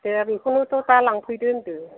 दे बेखौनोथ' दा लांफैदो होनदों